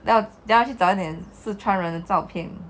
等一下我去找一点四川人的照片